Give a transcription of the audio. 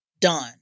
done